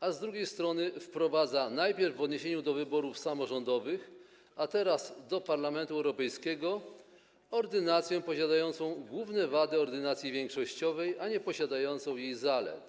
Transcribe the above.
a z drugiej strony wprowadza - najpierw w odniesieniu do wyborów samorządowych, a teraz w odniesieniu do Parlamentu Europejskiego - ordynację posiadającą główne wady ordynacji większościowej, ale nieposiadającą jej zalet.